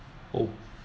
oh